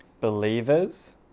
believers